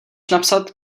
napsat